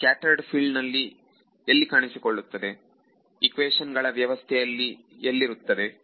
scatter ಫೀಲ್ಡಿನಲ್ಲಿ ಎಲ್ಲಿ ಕಾಣಿಸಿಕೊಳ್ಳುತ್ತದೆ ಇಕ್ವೇಶನ್ ಗಳ ವ್ಯವಸ್ಥೆಯಲ್ಲಿ ಎಲ್ಲಿರುತ್ತದೆ